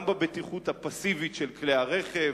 גם בבטיחות הפסיבית של כלי הרכב,